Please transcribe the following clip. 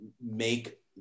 make